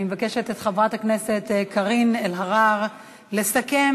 אני מבקשת מאת חברת הכנסת קארין אלהרר לסכם